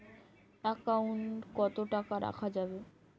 Account কত টাকা রাখা যাবে?